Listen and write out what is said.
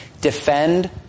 Defend